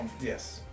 yes